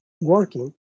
working